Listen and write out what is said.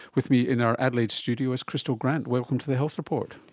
with me in our adelaide studio is crystal grant. welcome to the health report.